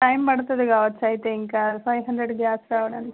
time పడుతుంది కావచ్చు అయితే ఇంకా ఫైవ్ హండ్రెడ్ గ్యాస్ రావడానికి